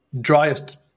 driest